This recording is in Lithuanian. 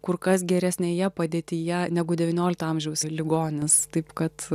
kur kas geresnėje padėtyje negu devyniolikto amžiaus ligonis taip kad